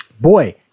boy